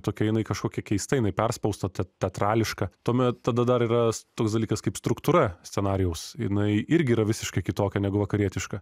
tokia jinai kažkokia keista jinai perspausta te teatrališka tuomet tada dar yra toks dalykas kaip struktūra scenarijaus jinai irgi yra visiškai kitokia negu vakarietiška